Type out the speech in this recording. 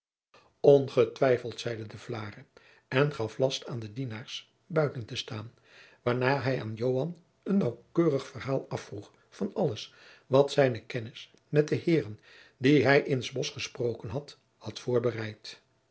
ongetwijfeld zeide de vlaere en gaf last aan de dienaars buiten te staan waarna hij aan joan een naauwkeurig verhaal afvroeg van alles wat zijne kennis met de heeren die hij in s bosch gesproken had had voorbereid